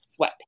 sweatpants